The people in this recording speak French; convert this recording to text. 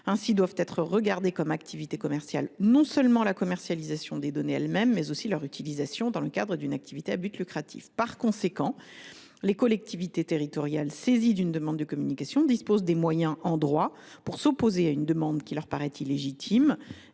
Ainsi doivent être considérées comme activités commerciales non seulement la commercialisation des données elles mêmes, mais aussi leur utilisation dans le cadre d’une activité à but lucratif. Par conséquent, les collectivités territoriales, saisies d’une demande de communication, disposent de moyens de droit pour s’opposer à une demande qui leur paraît illégitime.